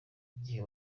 igihe